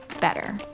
better